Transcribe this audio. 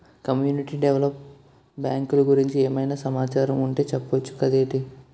community develop బ్యాంకులు గురించి ఏమైనా సమాచారం ఉంటె చెప్పొచ్చు కదేటి